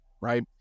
Right